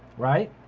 right.